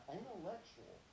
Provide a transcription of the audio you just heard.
intellectual